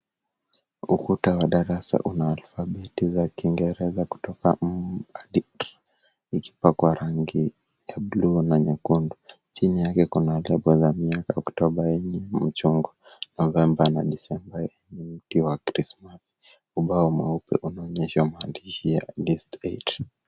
Ukuta wa darasa una alfabeti za kingereza kuto m hadi k, ikipakwa rangi ya blue na nyekundu. Chini yake kuna lebo ya miaka Oktoba yenye michongo Novemba na Disemba, yenye mti wa krismasi. Ubao mweupe unaonyesha maandishi ya be straight .